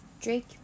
Drake